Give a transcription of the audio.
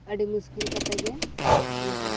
ᱟᱹᱰᱤ ᱢᱩᱥᱠᱤᱞ ᱠᱟᱛᱮ ᱜᱮ ᱚᱱᱠᱟ